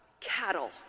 cattle